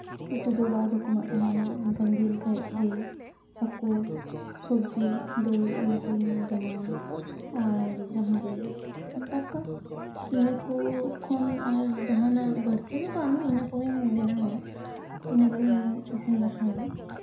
ᱩᱛᱩ ᱫᱚ ᱵᱟᱨ ᱨᱚᱠᱚᱢᱟᱜ ᱛᱟᱦᱮᱱᱟ ᱚᱱᱠᱟ ᱡᱤᱞ ᱠᱷᱟᱱ ᱡᱤᱞ ᱦᱟᱹᱠᱩ ᱥᱚᱵᱽᱡᱤ ᱫᱟᱹᱞ ᱚᱱᱟᱠᱚᱧ ᱵᱮᱱᱟᱣᱟ ᱟᱨ ᱡᱟᱦᱟᱸ ᱫᱚ ᱫᱟᱠᱟ ᱤᱱᱟᱹ ᱠᱚ ᱠᱷᱚᱱ ᱟᱨ ᱡᱟᱦᱟᱱᱟᱜ ᱵᱟᱹᱲᱛᱤ ᱫᱚ ᱵᱟᱝ ᱤᱱᱟᱹ ᱠᱚᱜᱮᱧ ᱵᱮᱱᱟᱣᱟ ᱤᱱᱟᱹ ᱠᱚᱜᱮᱧ ᱤᱥᱤᱱ ᱵᱟᱥᱟᱝᱼᱟ